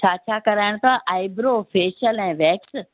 छा छा अथव आइ ब्रो फेशियल ऐं वैक्स